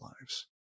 lives